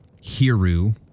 Hiru